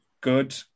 good